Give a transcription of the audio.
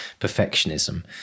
perfectionism